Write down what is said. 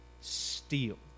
steal